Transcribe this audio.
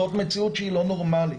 זאת מציאות לא נורמלית.